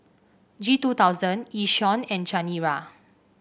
G two thousand Yishion and Chanira